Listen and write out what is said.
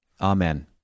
Amen